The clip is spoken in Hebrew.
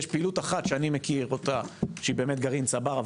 יש פעילות אחת שאני מכיר אותה שהיא באמת גרעין צבר,